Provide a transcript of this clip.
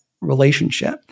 relationship